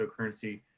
cryptocurrency